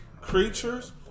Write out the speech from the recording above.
creatures